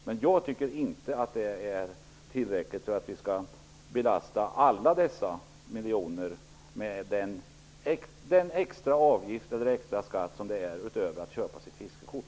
Men jag tycker inte att det är tillräckligt för att vi skall belasta alla dessa miljoner människor med en extra avgift eller skatt utöver den som de betalar när de köper sitt fiskekort.